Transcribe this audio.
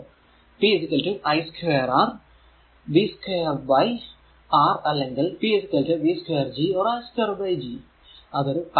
അപ്പോൾ p i2 R v2R അല്ലെങ്കിൽ p v2 G or i2G